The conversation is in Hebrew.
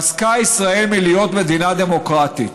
פסקה ישראל מלהיות מדינה דמוקרטית.